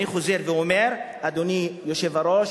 אני חוזר ואומר: אדוני היושב-ראש,